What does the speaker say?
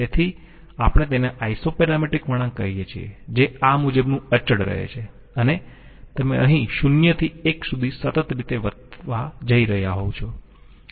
તેથી આપણે તેને આઈસોપેરામેટ્રિક વળાંક કહીયે છીએ જે આ મુજબનું અચળ રહે છે અને તમે અહીં 0 થી 1 સુધી સતત રીતે વધવા જઈ રહ્યા હોવ છો